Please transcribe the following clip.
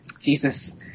Jesus